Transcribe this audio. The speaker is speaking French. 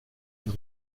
une